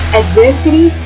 adversity